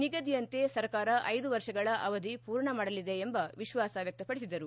ನಿಗದಿಯಂತೆ ಸರ್ಕಾರ ಐದು ವರ್ಷಗಳ ಅವಧಿ ಪೂರ್ಣಮಾಡಲಿದೆ ಎಂಬ ವಿಶ್ವಾಸ ವ್ಲಕ್ಷಪಡಿಸಿದರು